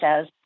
says